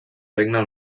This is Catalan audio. regne